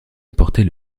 apporter